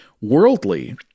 worldly